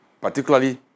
particularly